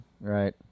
Right